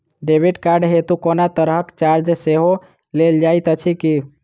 Credit card हेतु कोनो तरहक चार्ज सेहो लेल जाइत अछि की?